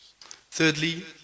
Thirdly